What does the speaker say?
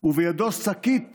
/ ובידו שקית